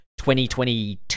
2022